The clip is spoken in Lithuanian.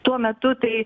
tuo metu tai